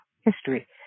history